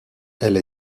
elle